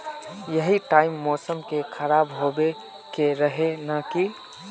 यही टाइम मौसम के खराब होबे के रहे नय की?